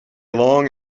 long